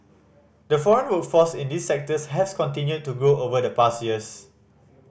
the foreign workforce in these sectors has continued to grow over the past years